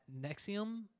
Nexium